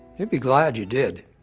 you'll be glad you did.